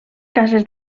cases